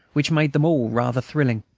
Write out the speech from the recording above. which made them all rather thrilling.